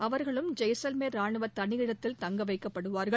அவர்களும் ஜெய்சால்மர் ராணுவ தனி இடத்தில் தங்க வைக்கப்படுவார்கள்